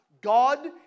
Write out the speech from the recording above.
God